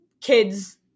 kids